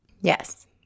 Yes